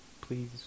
please